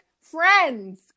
friends